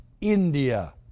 India